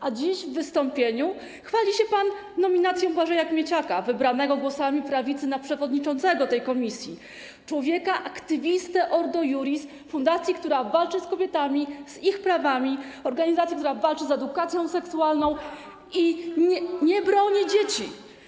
A dziś w wystąpieniu chwali się pan nominacją Błażeja Kmieciaka wybranego głosami prawicy na przewodniczącego tej komisji, człowieka aktywistę Ordo Iuris, fundacji, która walczy z kobietami, z ich prawami, organizacji, która walczy z edukacją seksualną i nie broni dzieci.